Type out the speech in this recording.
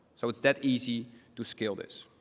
so it's that easy to scale this.